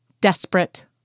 Desperate